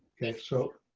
thanks. so